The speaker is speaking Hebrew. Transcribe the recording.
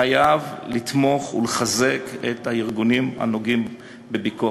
חייב לתמוך ולחזק את הארגונים הנוגעים בביקורת.